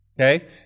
Okay